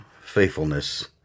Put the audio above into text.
faithfulness